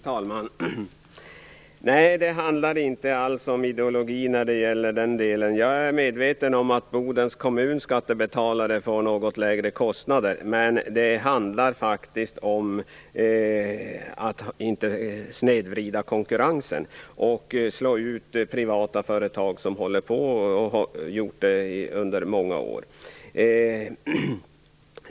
Fru talman! Nej, det handlar inte alls om ideologi när det gäller den delen. Jag är medveten om att Bodens kommuns skattebetalare får något lägre kostnader, men det handlar faktiskt om att inte snedvrida konkurrensen och slå ut privata företag som funnits under många år.